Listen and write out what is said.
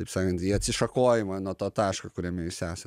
taip sakant į atsišakojimą nuo to taško kuriame jūs esat